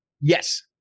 Yes